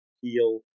heal